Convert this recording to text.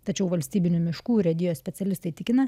tačiau valstybinių miškų urėdijos specialistai tikina